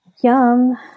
Yum